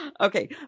Okay